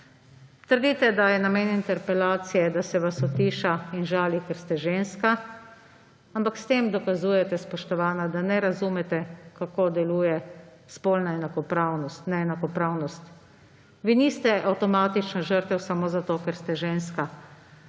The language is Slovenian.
Trdite, da je namen interpelacije, da se vas utiša in žali, ker ste ženska, ampak s tem dokazujete, spoštovana, da ne razumete, kako deluje spolna neenakopravnost. Vi niste avtomatično žrtev samo zato, ker ste ženska.